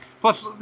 Plus